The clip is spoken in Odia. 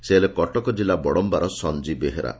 ସେ ହେଲେ କଟକ ଜିଲ୍ଲା ବଡମ୍ୟାର ସଞ୍ଞୀ ବେହେରା